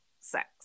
sex